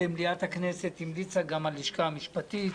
במליאה הכנסת, גם הלשכה המשפטית.